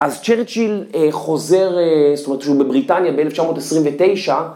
אז צ'רצ'יל חוזר, זאת אומרת שהוא בבריטניה ב-1929.